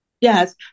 Yes